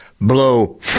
blow